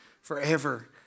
forever